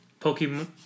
Pokemon